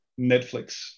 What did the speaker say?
Netflix